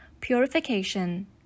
purification